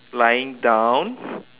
lying down